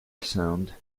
sound